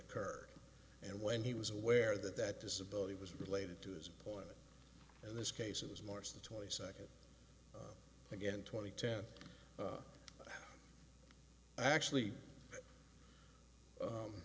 occurred and when he was aware that that disability was related to his point in this case it was more so the twenty second again twenty ten actually